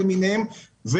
או